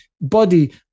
body